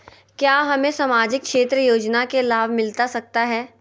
क्या हमें सामाजिक क्षेत्र योजना के लाभ मिलता सकता है?